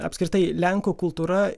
apskritai lenkų kultūra